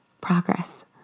progress